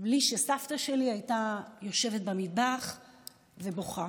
בלי שסבתא שלי הייתה יושבת במטבח ובוכה,